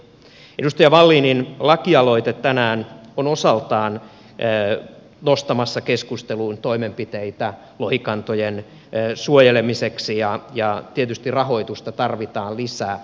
edustaja wallinin lakialoite tänään on osaltaan nostamassa keskusteluun toimenpiteitä lohikantojen suojelemiseksi ja tietysti rahoitusta tarvitaan lisää